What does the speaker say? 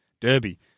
Derby